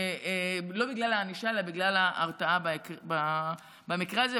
בגלל הענישה, אלא בגלל ההרתעה במקרה הזה.